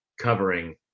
covering